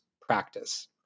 practice